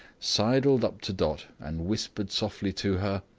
sidled up to dot, and whispered softly to her,